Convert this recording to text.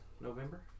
November